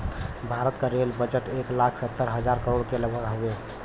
भारत क rail budget एक लाख सत्तर हज़ार करोड़ के लगभग हउवे